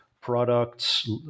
products